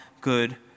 good